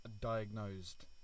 diagnosed